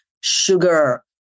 sugar